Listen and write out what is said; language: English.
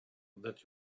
that